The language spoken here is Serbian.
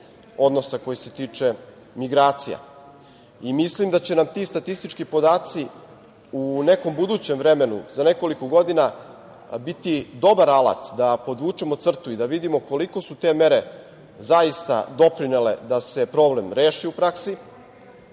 odnosa koji se tiče migracija. Mislim da će nam ti statistički podaci u nekom budućem vremenu, za nekoliko godina biti dobar alat da podvučemo crtu i da vidimo koliko su te mere zaista doprinele da se problem reši u praksi